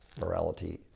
morality